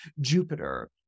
Jupiter